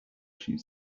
she